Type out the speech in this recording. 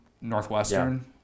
Northwestern